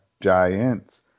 giants